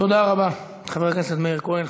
תודה רבה, חבר הכנסת מאיר כהן.